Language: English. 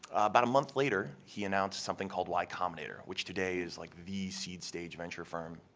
about a month later he announced something called y cominator, which, today, is like the seed stage venture firm,